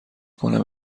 کنم